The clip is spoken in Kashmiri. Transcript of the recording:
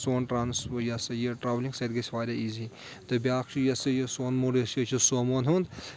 پتہٕ سون ٹرانٕس یہِ ہَسا یہِ ٹرٛاولِنٛگ سۄ تہِ گژھِ واریاہ ایٖزی تہٕ بیاکھ چھُ یہِ ہَسا یہِ سون موڈٕز چھِ یہِ چھِ سوموَن ہُنٛد